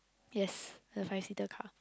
yes the five seater car